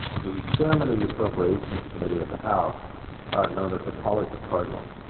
the chairman of the appropriations committee in the house are known as the college of cardinals,